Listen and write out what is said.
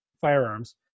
firearms